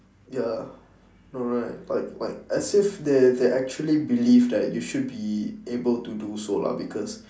ya know right like like as if they they actually believe that you should be able to do so lah because